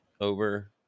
over